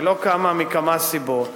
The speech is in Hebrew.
היא לא קמה מכמה סיבות,